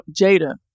Jada